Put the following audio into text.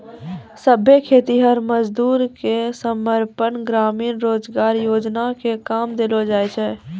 सभै खेतीहर मजदूर के संपूर्ण ग्रामीण रोजगार योजना मे काम देलो जाय छै